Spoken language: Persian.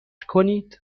کنید